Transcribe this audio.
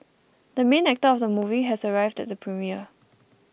the main actor of the movie has arrived at the premiere